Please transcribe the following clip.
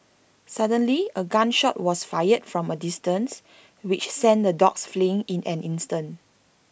suddenly A gun shot was fired from A distance which sent the dogs fleeing in an instant